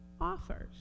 offers